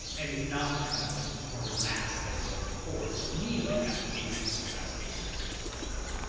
and is not the kind of like morass that it was before. and to me, like that's basically the best case scenario for america.